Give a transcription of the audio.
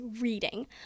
reading